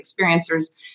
experiencers